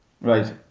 Right